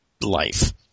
life